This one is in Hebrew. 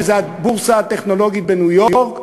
שזה הבורסה הטכנולוגית בניו-יורק,